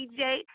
DJ